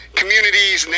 communities